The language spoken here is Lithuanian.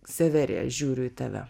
severija žiūriu į tave